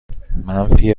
منفی